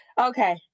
Okay